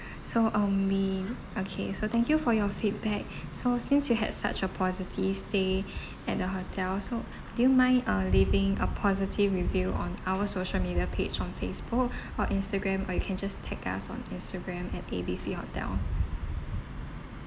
so um we okay so thank you for your feedback so since you had such a positive stay at the hotel so do you mind uh leaving a positive review on our social media page on facebook or instagram or you can just tag us on instagram at A B C hotel